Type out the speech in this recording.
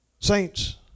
Saints